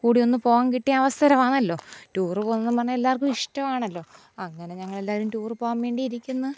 കൂടിയൊന്നു പോകുക കിട്ടിയ അവസരമാണല്ലോ റ്റൂർ പോകുന്നെന്നും പറഞ്ഞാൽ എല്ലാവർക്കുമിഷ്ടമാണല്ലോ അങ്ങനെ ഞങ്ങളെല്ലാവരും റ്റൂർ പോകാൻ വേണ്ടിയിരിക്കുന്നു